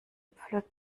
pflückt